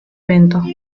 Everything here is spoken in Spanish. evento